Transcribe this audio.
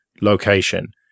location